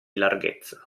larghezza